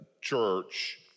church